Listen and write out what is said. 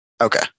Okay